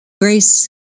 grace